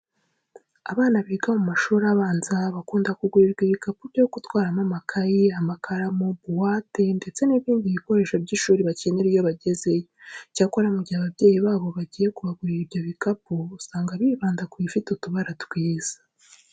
Abana biga mu mashuri abanza bakunda kugurirwa ibikapu byo gutwaramo amakayi, amakaramu, buwate ndetse n'ibindi bikoresho by'ishuri bakenera iyo bagezeyo. Icyakora mu gihe ababyeyi babo bagiye kubagurira ibyo bikapu, usanga bibanda ku bifite utubara twiza.